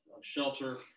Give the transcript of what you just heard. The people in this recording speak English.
shelter